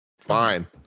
fine